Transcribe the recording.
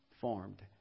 formed